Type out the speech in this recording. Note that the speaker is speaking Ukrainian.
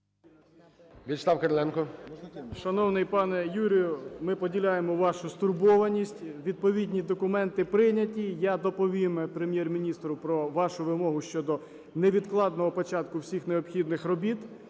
КИРИЛЕНКО В.А. Шановний пане Юрію, ми поділяємо вашу стурбованість. Відповідні документи прийняті. Я доповім Прем'єр-міністру про вашу вимогу щодо невідкладного початку всіх необхідних робіт.